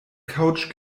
couch